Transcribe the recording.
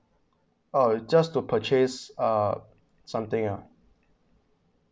uh just to purchase uh something uh